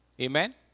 Amen